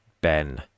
ben